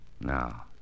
Now